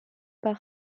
par